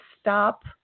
stop